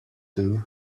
two